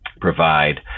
provide